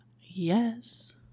Yes